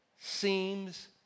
seems